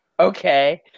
Okay